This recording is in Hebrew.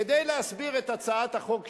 כדי להסביר את הצעת החוק שלי,